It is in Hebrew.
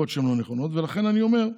ולכן אני אומר: